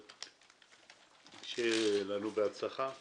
שיהיה לנו בהצלחה.